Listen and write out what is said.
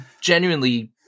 genuinely